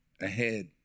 ahead